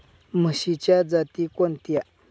म्हशीच्या जाती कोणत्या?